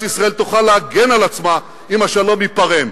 ישראל תוכל להגן על עצמה אם השלום ייפרם.